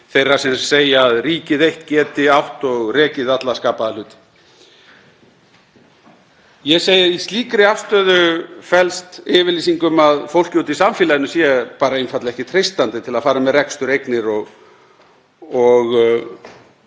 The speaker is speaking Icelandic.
þeirra sem segja að ríkið eitt geti átt og rekið alla skapaða hluti. Ég segi að í slíkri afstöðu felst yfirlýsing um að fólkinu úti í samfélaginu sé einfaldlega ekki treystandi til að fara með rekstur, eignir og